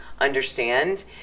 understand